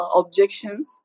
objections